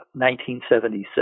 1976